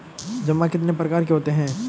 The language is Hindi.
जमा कितने प्रकार के होते हैं?